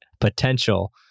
potential